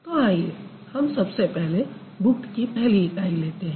तो आइए हम सबसे पहले बुक्ड की पहली इकाई लेते हैं